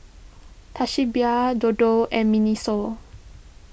Toshiba Dodo and Miniso